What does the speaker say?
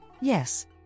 yes